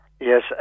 Yes